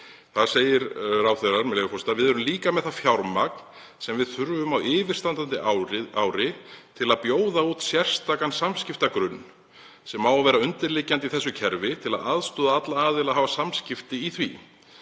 hlekkur í þessu öllu: „Við erum líka með það fjármagn sem við þurfum á yfirstandandi ári til að bjóða út sérstakan samskiptagrunn sem á að vera undirliggjandi í þessu kerfi til að aðstoða alla aðila að hafa samskipti í því.